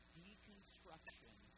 deconstruction